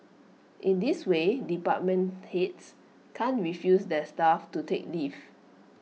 in this way department heads can't refuse their staff to take leave